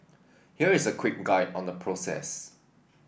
here is a quick guide on the process